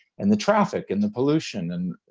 and the traffic, and the pollution, and,